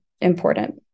important